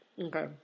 Okay